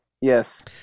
Yes